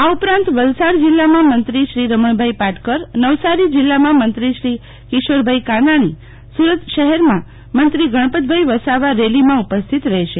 આ ઉપરાંત વલસાડ જીલ્લામાં મંત્રી શ્રી રમણભાઇ પાટકર નવસારી જીલ્લામાં મંત્રી શ્રી કિશોરભાઇ કાનાણી સુરત શહેરમાં મંત્રીશ્રી ગણપતભાઇ વસાવા રેલીમાં ઉપસ્થિત રહેશે